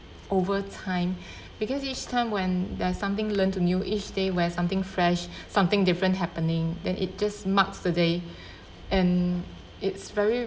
over time because each time when there's something learn to new each day wear something fresh something different happening then it just marks the day and it's very